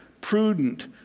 prudent